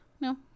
no